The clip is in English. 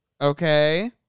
Okay